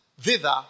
thither